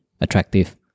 attractive